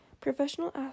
Professional